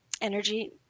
energy